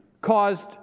caused